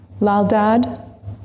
Laldad